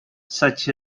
such